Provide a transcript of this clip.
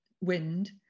wind